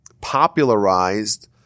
popularized